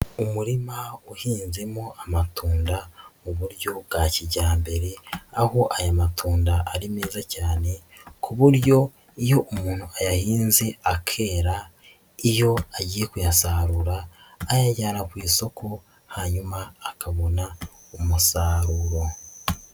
Umurima uhinzemo amatunda mu buryo bwa kijyambere aho aya matunda ari meza cyane ku buryo iyo umuntu ayahinze akera, iyo agiye kuyasarura ayajyana ku isoko hanyuma akabona umusaruro.